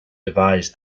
devise